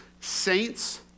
saints